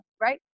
right